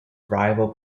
rival